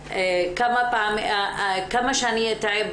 קצר אז אני אשתדל להיות מאוד תמציתי.